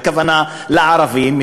הכוונה לערבים,